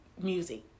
music